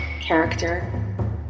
character